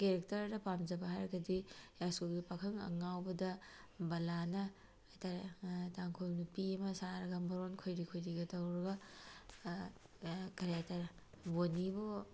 ꯀꯦꯔꯦꯛꯇꯔꯗ ꯄꯥꯝꯖꯕ ꯍꯥꯏꯔꯒꯗꯤ ꯌꯥꯏꯁꯀꯨꯜꯒꯤ ꯄꯥꯈꯪ ꯑꯉꯥꯎꯕꯗ ꯕꯂꯥꯅ ꯍꯥꯏꯇꯥꯔꯦ ꯇꯥꯡꯈꯨꯜ ꯅꯨꯄꯤ ꯑꯃ ꯁꯥꯔꯒ ꯃꯔꯣꯜ ꯈꯣꯏꯔꯤ ꯈꯣꯏꯔꯤꯒ ꯇꯧꯔꯒ ꯀꯔꯤꯍꯥꯏꯇꯥꯔꯦ ꯕꯣꯅꯤꯕꯨ